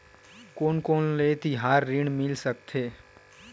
कोन कोन ले तिहार ऋण मिल सकथे?